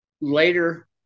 later